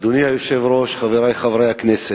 אדוני היושב-ראש, חברי חברי הכנסת,